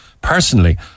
Personally